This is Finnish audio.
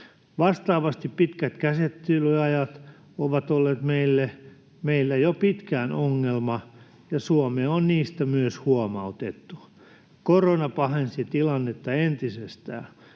Vastaavasti pitkät käsittelyajat ovat olleet meillä jo pitkään ongelma, ja Suomea on niistä myös huomautettu. Korona pahensi tilannetta entisestään.